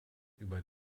über